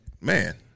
man